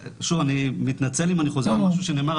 שוב אני מתנצל אם אני חוזר על משהו שנאמר,